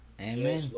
Amen